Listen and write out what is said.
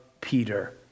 Peter